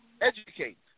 educate